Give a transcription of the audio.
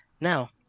now